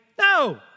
No